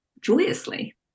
joyously